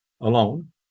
alone